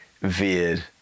veered